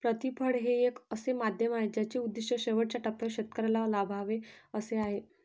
प्रतिफळ हे एक असे माध्यम आहे ज्याचे उद्दिष्ट शेवटच्या टप्प्यावर शेतकऱ्याला लाभावे असे आहे